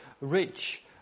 rich